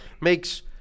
makes